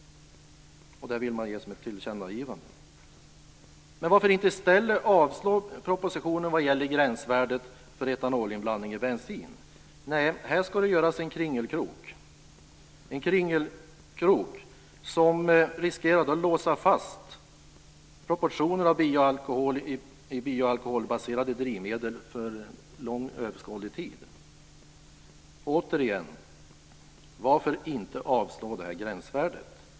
Detta vill man ge som ett tillkännagivande. Men varför inte i stället avslå propositionen vad gäller gränsvärdet för etanolinblandning i bensin? Nej, här ska det göras en kringelkrok som riskerar att låsa fast proportionen av bioalkohol i bioalkoholbaserade drivmedel för lång överskådlig tid. Återigen: Varför inte avslå gränsvärdet?